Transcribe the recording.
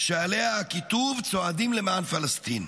שעליה הכיתוב: צועדים למען פלסטין.